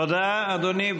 תודה, אדוני.